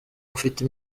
ufite